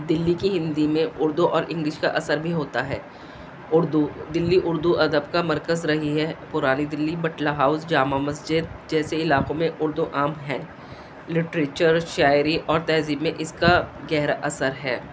دلی کی ہندی میں اردو اور انگلش کا اثر بھی ہوتا ہے اردو دلی اردو ادب کا مرکز رہی ہے پرانی دلی بٹلہ ہاؤس جامع مسجد جیسے علاقوں میں اردو عام ہے لٹریچر شاعری اور تہذیب پہ اس کا گہرا اثر ہے